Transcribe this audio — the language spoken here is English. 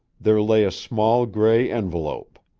there lay a small gray envelope.